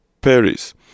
Paris